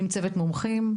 ביחד עם צוות מומחים.